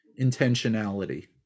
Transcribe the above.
intentionality